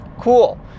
cool